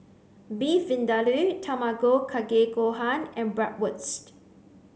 Beef Vindaloo Tamago Kake Gohan and Bratwurst